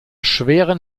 schweren